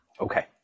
Okay